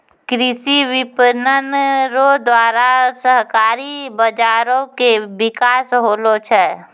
कृषि विपणन रो द्वारा सहकारी बाजारो के बिकास होलो छै